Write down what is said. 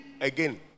again